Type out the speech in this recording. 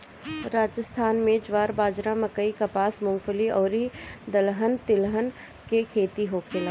राजस्थान में ज्वार, बाजारा, मकई, कपास, मूंगफली अउरी दलहन तिलहन के खेती होखेला